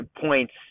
points